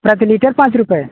प्रति लीटर पाँच रुपये